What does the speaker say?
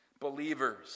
believers